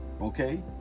okay